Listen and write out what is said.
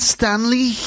Stanley